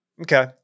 okay